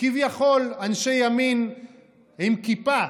כביכול אנשי ימין עם כיפה